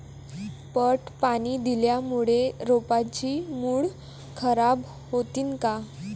पट पाणी दिल्यामूळे रोपाची मुळ खराब होतीन काय?